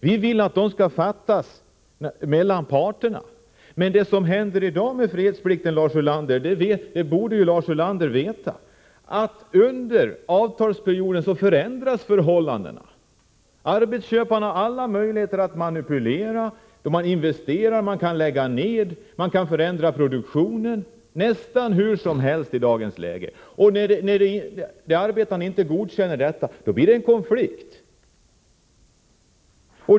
Vi vill att de skall fattas mellan parterna. Men vad som i dag händer med fredsplikten borde Lars Ulander veta, nämligen att förhållandena förändras under avtalsperioden. Arbetsköparna har alla möjligheter att manipulera då de investerar. De kan lägga ned verksamhet, och de kan förändra produktionen nästan hur som helst i dagens läge. När arbetarna inte godkänner detta blir det en konflikt.